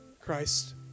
Christ